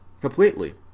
completely